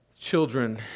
children